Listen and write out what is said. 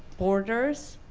borders?